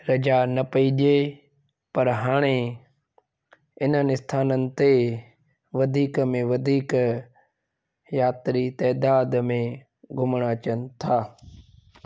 रजा न पेई ॾे पर हाणे इन्हनि इस्थाननि ते वधीक में वधीक यात्री तादाद में घुमण अचनि था